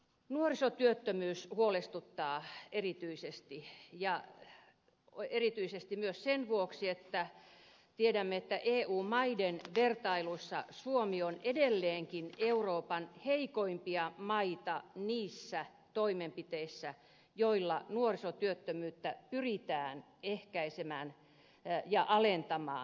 nuorisotyöttömyys huolestuttaa erityisesti ja erityisesti myös sen vuoksi että tiedämme että eu maiden vertailuissa suomi on edelleenkin euroopan heikoimpia maita niissä toimenpiteissä joilla nuorisotyöttömyyttä pyritään ehkäisemään ja alentamaan